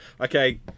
okay